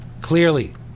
Clearly